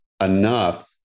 enough